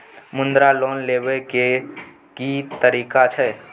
मुद्रा लोन लेबै के की तरीका छै?